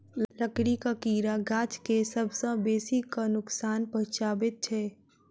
लकड़ीक कीड़ा गाछ के सभ सॅ बेसी क नोकसान पहुचाबैत छै